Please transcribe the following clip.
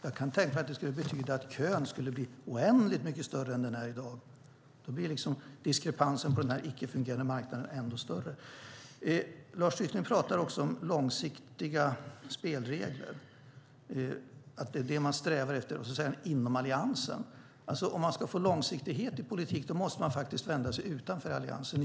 Jag kan tänka mig att det skulle betyda att kön skulle bli oändligt mycket längre än den är i dag, och då blir diskrepansen på den här icke fungerande marknaden ännu större. Lars Tysklind pratar också om att man inom Alliansen strävar efter långsiktiga spelregler. Men om man ska få långsiktighet i politiken måste man vända sig utanför Alliansen.